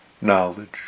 knowledge